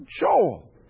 Joel